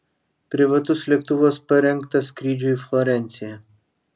privatus lėktuvas parengtas skrydžiui į florenciją